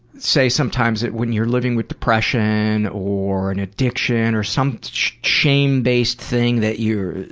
say sometimes when you're living with depression or an addiction or some shame-based thing that you're,